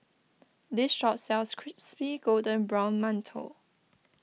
this shop sells Crispy Golden Brown Mantou